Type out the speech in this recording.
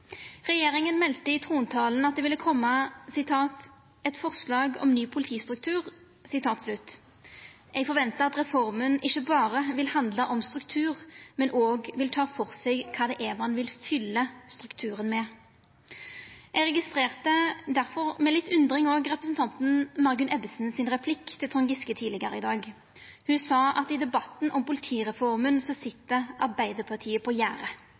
Regjeringa melde i trontalen at det ville koma eit forslag til «ny politistruktur». Eg reknar med at reforma ikkje berre vil handla om struktur, men òg ta føre seg kva ein vil fylla strukturen med. Eg registrerte difor med litt undring representanten Margunn Ebbesens replikk til Trond Giske tidlegare i dag. Ho sa at i debatten om politireforma sit Arbeidarpartiet på